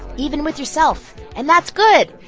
even with yourself. and that's good.